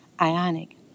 Ionic